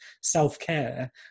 self-care